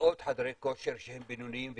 מאות חדרי כושר שהם בינוניים וקטנים,